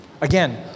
Again